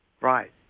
right